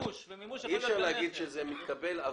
אי אפשר להגיד שזה מתקבל.